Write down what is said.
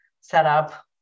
setup